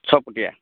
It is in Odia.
ଛଅ ଫୁଟିଆ